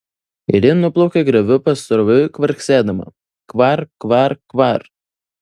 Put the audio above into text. ir ji nuplaukė grioviu pasroviui kvarksėdama kvar kvar kvar